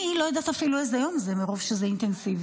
אני לא יודעת אפילו איזה יום זה מרוב שזה אינטנסיבי.